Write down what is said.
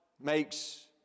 makes